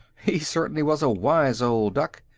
he certainly was a wise old duck.